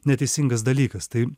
neteisingas dalykas tai